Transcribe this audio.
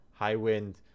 Highwind